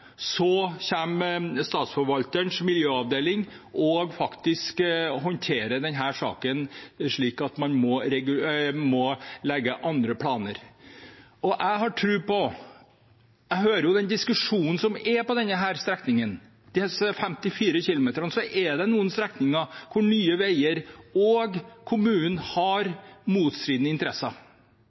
Statsforvalterens miljøavdeling og håndterer denne saken, slik at man må legge andre planer. Jeg hører den diskusjonen som er om denne strekningen – langs disse 54 kilometerne er det noen strekninger hvor Nye Veier og kommunen har motstridende interesser.